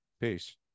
Peace